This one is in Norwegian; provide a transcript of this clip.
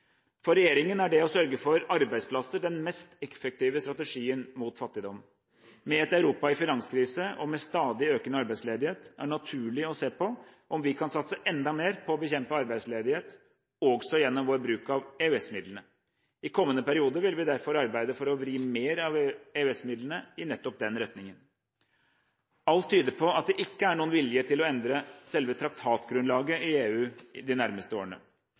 For regjeringen er det å sørge for arbeidsplasser den mest effektive strategien mot fattigdom. Med et Europa i finanskrise og med stadig økende arbeidsledighet er det naturlig å se på om vi kan satse enda mer på å bekjempe arbeidsledighet – også gjennom vår bruk av EØS-midlene. I kommende periode vil vi derfor arbeide for å vri mer av EØS-midlene i nettopp den retningen. Alt tyder på at det ikke er noen vilje til å endre selve traktatgrunnlaget i EU de nærmeste årene.